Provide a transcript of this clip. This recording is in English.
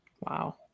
Wow